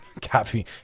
Caffeine